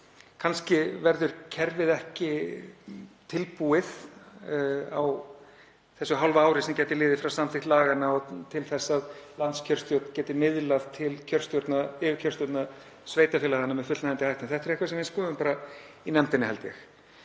Kannski verður kerfið ekki tilbúið á þessu hálfa ári sem gæti liðið frá samþykkt laganna þar til að landskjörstjórn geti miðlað til yfirkjörstjórna sveitarfélaganna með fullnægjandi hætti. En þetta er eitthvað sem við skoðum í nefndinni, held ég.